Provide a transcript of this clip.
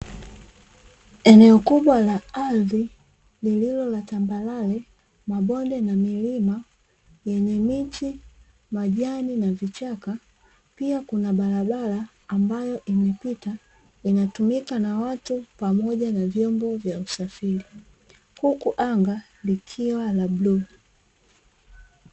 Eneo kubwa la ardhi lililolatambarare ,mabonde na milima lenye miti, majani na vichaka ,pia Kuna barabara ambayo imepita, inatumika na watu pamoja na vyombo vya usafiri huku anga likiwa la bluu.